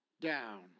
down